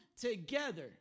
together